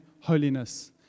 holiness